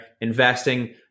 investing